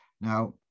Now